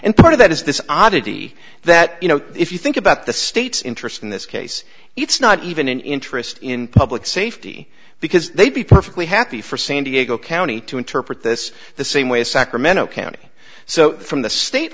and part of that is this oddity that you know if you think about the state's interest in this case it's not even an interest in public safety because they'd be perfectly happy for san diego county to interpret this the same way as sacramento county so from the state